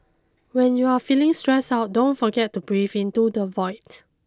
when you are feeling stressed out don't forget to breathe into the void